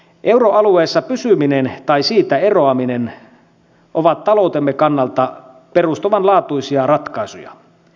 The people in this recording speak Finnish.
euroalueessa pysyminen tai siitä eroaminen on taloutemme kannalta perustavanlaatuinen ratkaisu